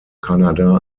canada